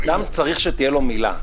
בן אדם צריך שתהיה לו מילה.